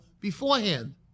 beforehand